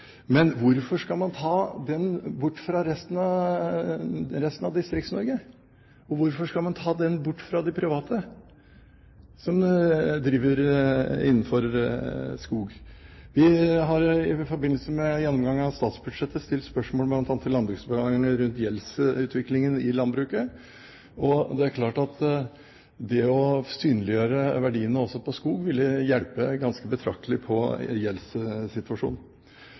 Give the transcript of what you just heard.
Men hvorfor skal man ta den bort fra resten av Distrikts-Norge? Hvorfor skal man ta den bort fra det private som driver innenfor skog? I forbindelse med gjennomgang av statsbudsjettet har vi bl.a. stilt spørsmål til Landbruksdepartementet rundt gjeldsutviklingen i landbruket. Det å synliggjøre verdiene også for skog vil hjelpe ganske betraktelig på